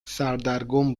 سردرگم